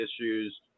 issues